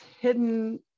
hidden